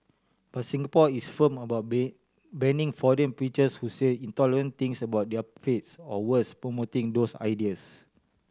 but Singapore is firm about ban banning foreign preachers who say intolerant things about other faiths or worse promoting those ideas